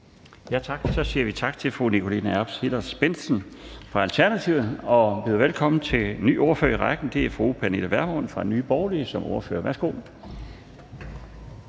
Laustsen): Så siger vi tak til fru Nikoline Erbs Hillers-Bendtsen fra Alternativet og byder velkommen til en ny ordfører i rækken, og det er fru Pernille Vermund fra Nye Borgerlige som ordfører. Værsgo.